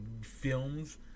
films